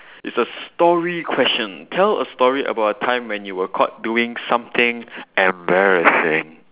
it's a story question tell a story about a time when you were caught doing something embarrassing